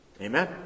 Amen